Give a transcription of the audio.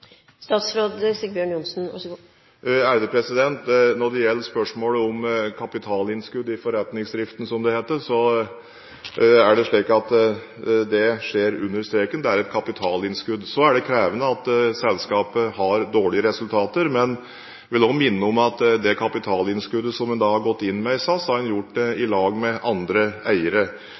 Når det gjelder spørsmålet om kapitalinnskudd i forretningsdriften, som det heter, er det slik at det skjer under streken – det er et kapitalinnskudd. Så er det krevende at selskapet har dårlige resultater, men jeg vil også minne om at det kapitalinnskuddet som en da har gått inn med i SAS, har en gjort i lag med andre eiere.